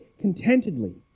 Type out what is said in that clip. contentedly